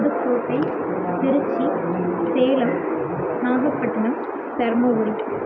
Pudukkottai Tiruchi Salem Nagapattinam Dharmapuri